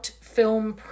Film